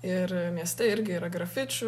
ir mieste irgi yra grafičių